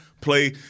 play –